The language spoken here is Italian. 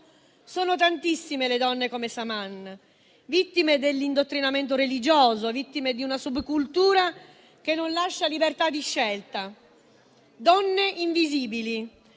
sono tantissime le donne come Saman, vittime dell'indottrinamento religioso, vittime di una subcultura che non lascia libertà di scelta, donne invisibili,